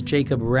Jacob